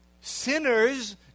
Sinners